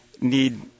need